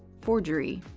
forgery,